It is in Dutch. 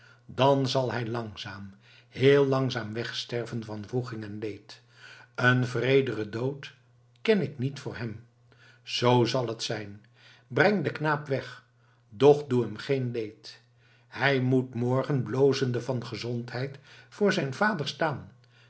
dan zal hij langzaam heel langzaam wegsterven van wroeging en leed een wreederen dood ken ik niet voor hem zoo zal het zijn brengt den knaap weg doch doet hem geen leed hij moet morgen blozende van gezondheid voor zijn vader staan